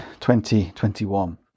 2021